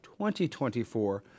2024